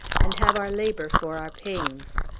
and have our labor for our pains!